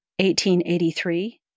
1883